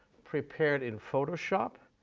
prepared in photoshop,